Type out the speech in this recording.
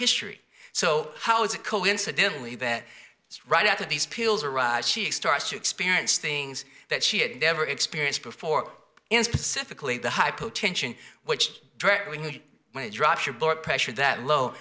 history so how is it coincidental event right after these pills arise she starts to experience things that she had never experienced before in specifically the hypotension which when you want to drop your blood pressure that low